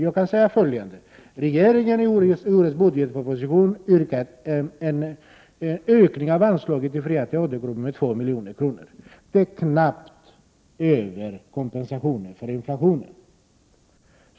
Jag kan säga följande: Regeringen har i årets budgetproposition föreslagit en ökning av anslaget till fria teatergrupper med 2 milj.kr. Det är knappast över kompensationen för inflationen.